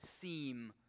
theme